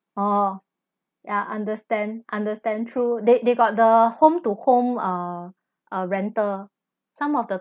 oh ya understand understand true they they got the home to home uh uh rental some of the